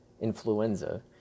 influenza